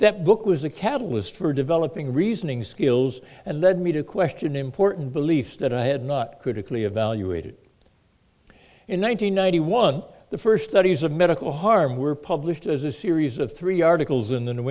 that book was a catalyst for developing reasoning skills and led me to question important beliefs that i had not critically evaluated in one thousand nine hundred one the first studies of medical harm were published as a series of three articles in the new